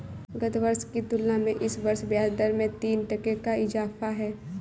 गत वर्ष की तुलना में इस वर्ष ब्याजदर में तीन टके का इजाफा है